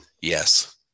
yes